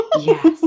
yes